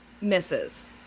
Misses